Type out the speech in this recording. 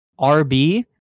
RB